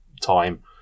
time